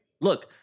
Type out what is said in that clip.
Look